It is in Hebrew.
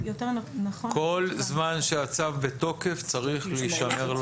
כל זמן שהצו בתוקף צריך להישמר לו הצמיד,